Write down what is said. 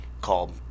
called